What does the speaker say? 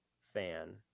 fan